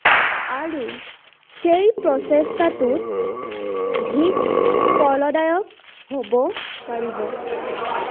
আৰু সেই প্ৰচেষ্টাটোত অধিক ফলদায়ক হ'ব পাৰিব